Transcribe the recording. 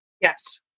Yes